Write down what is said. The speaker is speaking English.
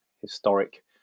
historic